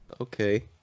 Okay